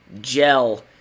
gel